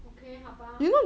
okay 好吧